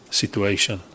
situation